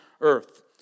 earth